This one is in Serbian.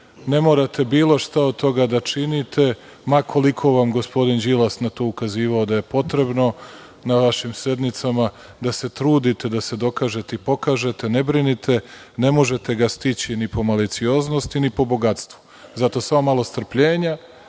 ne morate bilo šta od toga da činite, ma koliko vam gospodin Đilas na to ukazivao da je potrebno na vašim sednicama, da se trudite da se dokažete i pokažete. Ne brinite, ne možete ga stići ni po malicioznosti ni po bogatstvu. Zato, samo malo strpljenja